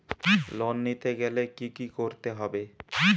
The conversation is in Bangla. লোন নিতে গেলে কি করতে হবে?